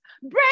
break